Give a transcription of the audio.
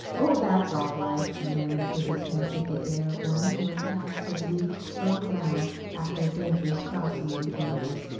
oh, that's all right. the man lifted his head with the air of one who at last has reached firm ground after a dangerous crossing on thin ice.